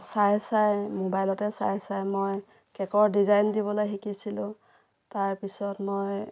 চাই চাই ম'বাইলতে চাই চাই মই কেকৰ ডিজাইন দিবলৈ শিকিছিলোঁ তাৰপিছত মই